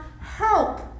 help